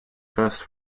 first